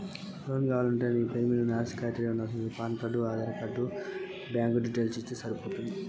Loan కావాలంటే నా పేరు మీద ఉన్న ఆస్తి కాగితాలు ఇయ్యాలా?